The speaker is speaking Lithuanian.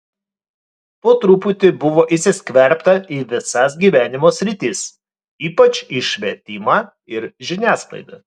po truputį buvo įsiskverbta į visas gyvenimo sritis ypač į švietimą ir žiniasklaidą